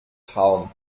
traum